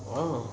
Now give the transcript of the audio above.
oh